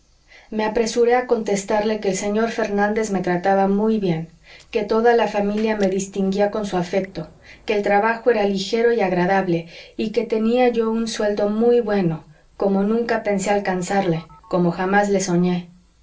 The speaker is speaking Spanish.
me apresuré a contestarle que el señor fernández me trataba muy bien que toda la familia me distinguía con su afecto que el trabajo era ligero y agradable y que tenía yo un sueldo muy bueno como nunca pensé alcanzarle como jamás le soñé